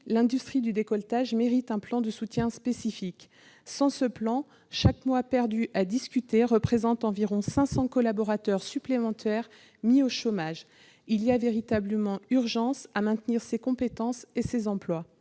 L'industrie du décolletage mérite un plan de soutien spécifique. Sans ce plan, chaque mois perdu à discuter représente environ 500 collaborateurs supplémentaires mis au chômage. Il y a véritablement urgence à maintenir ces compétences et ces emplois.